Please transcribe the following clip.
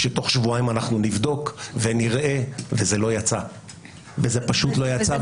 שתוך שבועיים אנחנו נבדוק ונראה אבל זה לא יצא וזה נמשך.